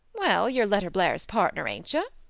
well, you're letterblair's partner, ain't you?